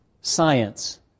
science